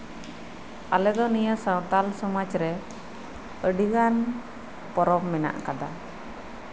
ᱟᱞᱮ ᱫᱚ ᱱᱤᱭᱟᱹ ᱥᱟᱶᱛᱟᱞ ᱥᱚᱢᱟᱡᱽ ᱨᱮ ᱟᱹᱰᱤ ᱜᱟᱱ ᱯᱚᱨᱚᱵ ᱢᱮᱱᱟᱜ ᱟᱠᱟᱫᱟ